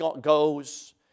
goes